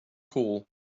call